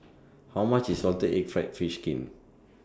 How much IS Salted Egg Fried Fish Skin